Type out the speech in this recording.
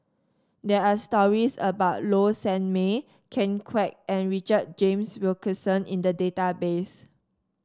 there are stories about Low Sanmay Ken Kwek and Richard James Wilkinson in the database